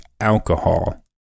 alcohol